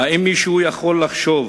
האם מישהו יכול לחשוב